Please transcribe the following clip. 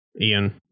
Ian